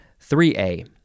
3A